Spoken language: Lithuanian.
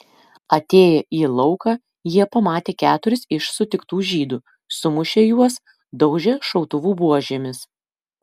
atėję į lauką jie pamatė keturis iš sutiktų žydų sumušė juos daužė šautuvų buožėmis